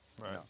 right